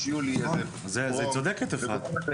יולי איזה פרום --- אז היא צודקת אפרת.